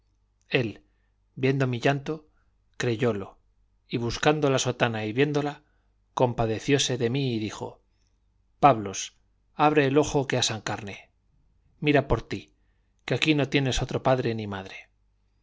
él viendo mi llanto creyólo y buscando la sotana y viéndola compadecióse de mí y dijo pablos abre el ojo que asan carne mira por ti que aquí no tienes otro padre ni madre